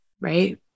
Right